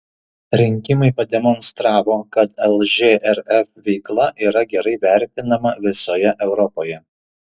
rinkimai pademonstravo kad lžrf veikla yra gerai vertinama visoje europoje